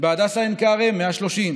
בהדסה עין כרם, 130,